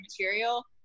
material